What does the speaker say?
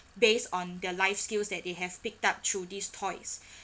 based on their life skills that they have picked up through these toys